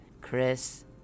Chris